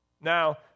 Now